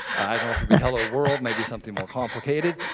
i don't it will be hello, world maybe something more complicated.